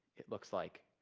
it looks like,